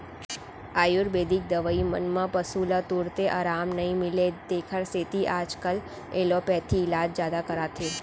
आयुरबेदिक दवई मन म पसु ल तुरते अराम नई मिलय तेकर सेती आजकाल एलोपैथी इलाज जादा कराथें